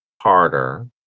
harder